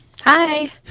Hi